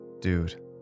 Dude